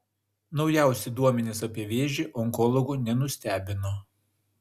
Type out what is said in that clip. naujausi duomenys apie vėžį onkologų nenustebino